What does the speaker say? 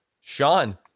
Sean